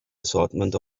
assortment